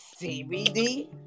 CBD